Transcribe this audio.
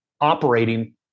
operating